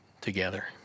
together